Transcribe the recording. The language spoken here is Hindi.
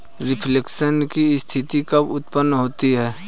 रिफ्लेशन की स्थिति कब उत्पन्न होती है?